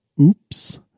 Oops